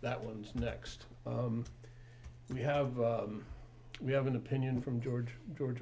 that one's next we have we have an opinion from george george